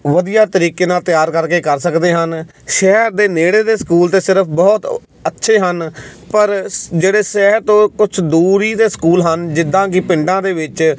ਵਧੀਆ ਤਰੀਕੇ ਨਾਲ ਤਿਆਰ ਕਰਕੇ ਕਰ ਸਕਦੇ ਹਨ ਸ਼ਹਿਰ ਦੇ ਨੇੜੇ ਦੇ ਸਕੂਲ ਤੇ ਸਿਰਫ ਬਹੁਤ ਅ ਅੱਛੇ ਹਨ ਪਰ ਸ ਜਿਹੜੇ ਸ਼ਹਿਰ ਤੋਂ ਕੁਛ ਦੂਰੀ ਦੇ ਸਕੂਲ ਹਨ ਜਿੱਦਾਂ ਕਿ ਪਿੰਡਾਂ ਦੇ ਵਿੱਚ